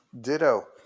Ditto